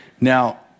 Now